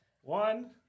One